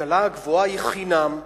ההשכלה הגבוהה היא חינם,